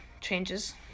changes